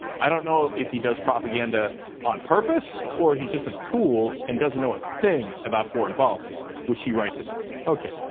i don't know if he does propaganda on purpose or if he's just a tool and doesn't know a thing about foreign policy, which he writes about. okay.